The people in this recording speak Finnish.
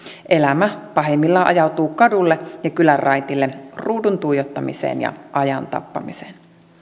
elämä pahimmillaan ajautuu kadulle ja kylänraitille ruudun tuijottamiseen ja ajan tappamiseen